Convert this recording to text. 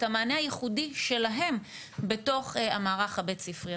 המענה הייחודי שלהם בתוך המערך הבית-ספרי.